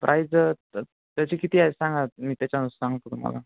prize त त्याचे किती आहे सांगा मी त्याच्यानुसार सांगतो तुम्हाला